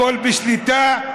הכול בשליטה.